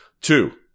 Two